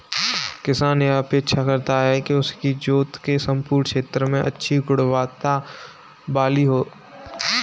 किसान यह अपेक्षा करता है कि उसकी जोत के सम्पूर्ण क्षेत्र में अच्छी गुणवत्ता वाली हो